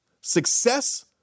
Success